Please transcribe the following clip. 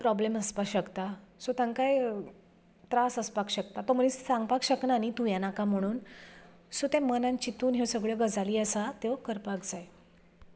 problem आसपाक शकता सो ताकाय त्रास आसपाक शकता तो मनीस सांगपाक शकना न्ही तूं येनाका म्हणून सो ते मनांत चिंतून ह्यो सगळ्यो गजाली आसा त्यो करपाक जाय